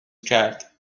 کرد